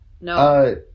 No